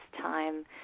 time